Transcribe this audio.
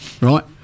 Right